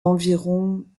environ